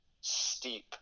steep